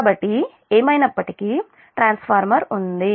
కాబట్టి ఏమైనప్పటికీ ట్రాన్స్ఫార్మర్ ఉంది